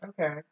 Okay